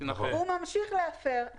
הוא ממשיך להפר,